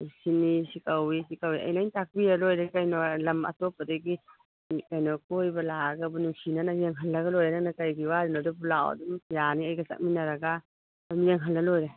ꯁꯤꯅꯤ ꯁꯤ ꯀꯧꯏ ꯁꯤ ꯀꯧꯏ ꯑꯩ ꯂꯣꯏ ꯇꯥꯀꯄꯤꯔꯒ ꯂꯣꯏꯔꯦ ꯀꯩꯅꯣ ꯂꯝ ꯑꯇꯣꯞꯄꯗꯒꯤ ꯀꯩꯅꯣ ꯀꯣꯏꯕ ꯂꯥꯛꯑꯒꯕꯨ ꯅꯨꯡꯁꯤꯅꯅ ꯌꯦꯡꯍꯜꯂꯒ ꯂꯣꯏꯔꯦ ꯅꯪꯅ ꯀꯔꯤꯒꯤ ꯋꯥꯔꯤꯅꯣ ꯑꯗꯨꯕꯨ ꯂꯥꯛꯑꯣ ꯑꯗꯨꯝ ꯌꯥꯅꯤ ꯑꯩꯒ ꯆꯠꯃꯤꯟꯅꯔꯒ ꯑꯗꯨꯝ ꯌꯦꯡꯍꯜꯂ ꯂꯣꯏꯔꯦ